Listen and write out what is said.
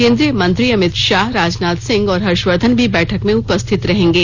केंद्रीय मंत्री अमित शाह राजनाथ सिंह और हर्षवर्द्वन भी बैठक में उपस्थित रहेंगे